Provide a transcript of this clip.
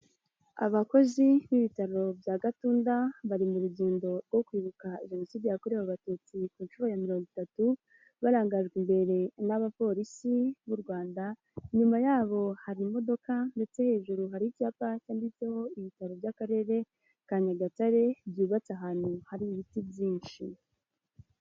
Abakozi b'ibitaro bya Gatunda bari mu rugendo rwo kwibuka Jenoside yakorewe Abatutsi ku nshuro ya mirongo itatu, barangajwe imbere n'abapolisi b'u Rwanda inyuma ya hari imodoka ndetse hejuru hari icyapa cyanditseho ibitaro by'akarere ka Nyagatare, byubatse ahantu hari ibiti byinshi.